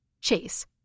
Chase